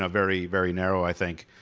ah very very narrow i think.